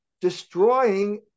destroying